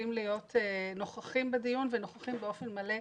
להיות נוכחים בדיון, ונוכחים באופן מלא.